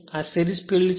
આ સિરીજફીલ્ડ છે